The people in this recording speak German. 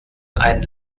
ein